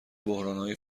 بحرانهای